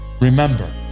Remember